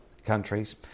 countries